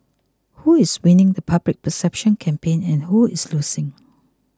who is winning the public perception campaign and who is losing